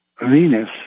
Venus